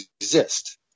exist